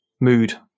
mood